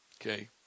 Okay